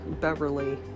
Beverly